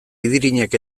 idirinek